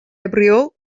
abrió